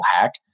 hack